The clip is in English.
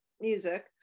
music